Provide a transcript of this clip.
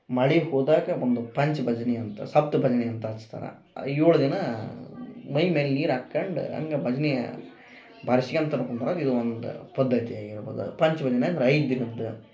ಮಳೆಗೆ ಹೋದಾಗ ಒಂದು ಪಂಚ ಭಜನಿ ಅಂತ ಸಪ್ತ ಭಜನಿ ಅಂತ ಹಚ್ತಾರ ಆ ಏಳ್ ದಿನ ಮೈಮೇಲೆ ನೀರು ಹಾಕಂಡ್ ಹಂಗ ಭಜ್ನಿ ಬಾರ್ಸ್ಕ್ಯಂತ ಕುಂದ್ರದು ಇದೊಂದು ಪದ್ಧತಿ ಆಗಿರ್ಬೋದ ಪಂಚ ಭಜನಿ ಅಂದರ ಐದು ದಿನದ್ದು